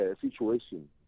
situation